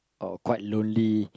or quite lonely